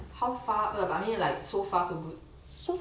how far err but I mean like so far so good